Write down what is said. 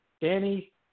Danny